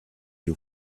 you